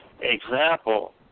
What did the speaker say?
example